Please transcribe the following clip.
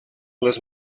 les